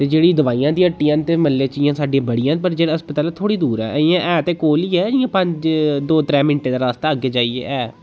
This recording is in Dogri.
ते जेह्ड़ी दवाइयां दी हट्टियां न ते म्हल्ले च इ'यां साड्डे बड़ियां न पर जेह्ड़ा हस्पताल ऐ थोह्ड़ी दूर ऐ इयां ऐ ते कोल ही ऐ इ'यां पंज दो त्रै मिंटें दा रास्ता अग्गें जाइयै ऐ